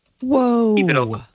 Whoa